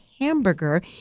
hamburger